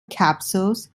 capsules